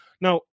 Now